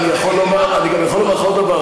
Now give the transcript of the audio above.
תגיד לי, מה, אני גם יכול לומר עוד דבר.